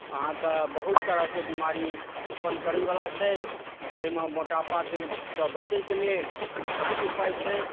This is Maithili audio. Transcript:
अहाँके बहुत तरहके बीमारी उत्पन्न करैवला छै ओइमे मोटापाके से बचऽ के लेल बहुत उपाय छै